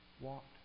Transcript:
walked